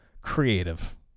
creative